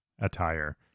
attire